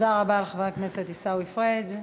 תודה רבה לחבר הכנסת עיסאווי פריג'.